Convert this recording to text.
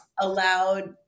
allowed